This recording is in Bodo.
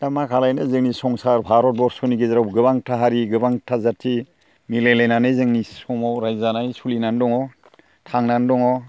दा मा खालामनो जोंनि संसार भारत बरस'नि गेजेराव गोबांथा हारि गोबांथा जाथि मिलाय लायनानै जोंनि समाव रायजो जानाय सोलिनानै दङ थांनानै दङ